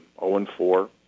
0-4